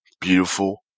beautiful